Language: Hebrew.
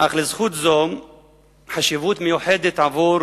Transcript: אך לזכות זו חשיבות מיוחדת בעבור